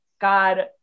God